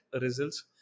results